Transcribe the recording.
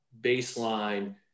baseline